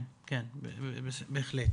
כן, בהחלט.